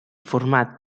format